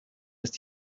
ist